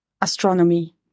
astronomy